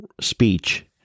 speech